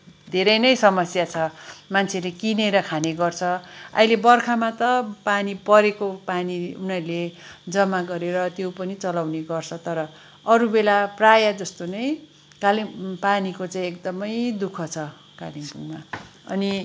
धेरै नै समस्या छ मान्छेले किनेर खाने गर्छ अहिले बर्खामा त पानी परेको पानी उनीहरूले जम्मा गरेर त्यो पनि चलाउने गर्छ तर अरू बेला प्रायः जस्तो नै कालिम् पानीको चाहिँ एकदमै दुःख छ कालिम्पोङमा अनि